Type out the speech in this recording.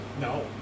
No